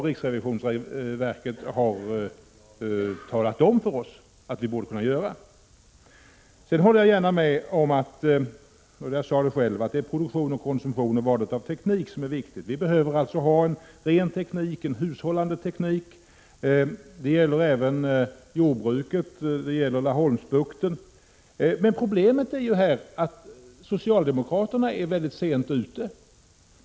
Riksrevisionsverket har ju också talat om för oss att vi borde kunna göra på detta sätt. Sedan håller jag gärna med Grethe Lundblad om att det är produktion, konsumtion och valet av teknik som är det viktiga. Vi behöver alltså ha en ren teknik och en hushållande teknik. Det gäller även i fråga om jordbruket och i 123 fråga om Laholmsbukten. Men problemet här är ju att socialdemokraterna är mycket sent ute.